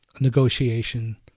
negotiation